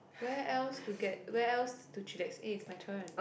where else to get where else to eh it's my turn